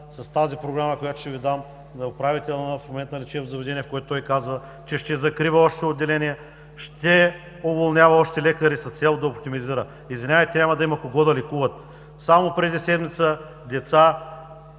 с програмата, която ще Ви дам – на управителя на лечебното заведение, в която той казва, че ще закрива още отделения, ще уволнява още лекари с цел да оптимизира. Извинявайте, но няма да има кого да лекуват. Само преди седмица деца,